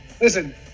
listen